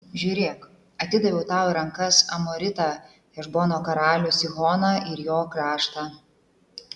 žiūrėk atidaviau tau į rankas amoritą hešbono karalių sihoną ir jo kraštą